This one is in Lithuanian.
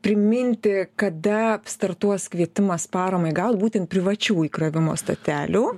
priminti kada startuos kvietimas paramai gaut būtent privačių įkrovimo stotelių